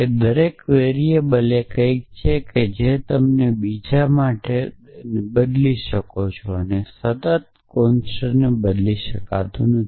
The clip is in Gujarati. અને વેરીએબલ એ કંઈક છે જે તમે બીજા માટે કંઈક બદલી શકો છો અને સતત ને બદલી શકાતું નથી